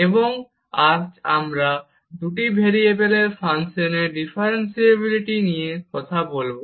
এবং আজ আমরা আবার দুটি ভেরিয়েবলের ফাংশনের ডিফারেনশিবিলিটি নিয়ে কথা বলব